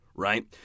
right